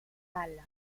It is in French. mâle